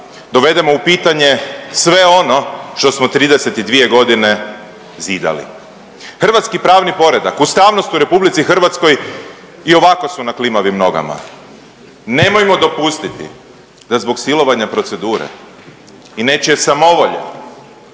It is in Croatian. dovedemo u pitanje sve ono što smo 32.g. zidali, hrvatski pravni poredak, ustavnost u RH i ovako smo na klimavim nogama, nemojmo dopustiti da zbog silovanja procedure i nečije samovolje